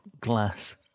Glass